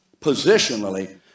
positionally